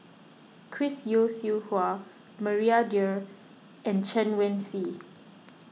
Chris Yeo Siew Hua Maria Dyer and Chen Wen Hsi